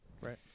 Right